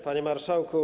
Panie Marszałku!